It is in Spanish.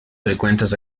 frecuentes